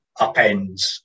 upends